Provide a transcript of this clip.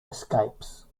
escapes